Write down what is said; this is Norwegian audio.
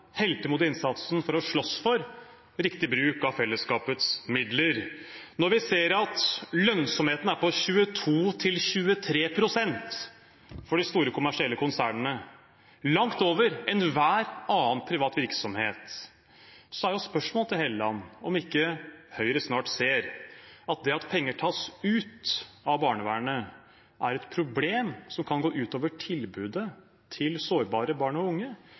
innsatsen for å slåss for riktig bruk av fellesskapets midler. Når vi ser at lønnsomheten er på 22–23 pst. for de store kommersielle konsernene, langt over enhver annen privat virksomhet, er spørsmålet til Hofstad Helleland om ikke Høyre snart ser at det at penger tas ut av barnevernet, er et problem som kan gå ut over tilbudet til sårbare barn og unge,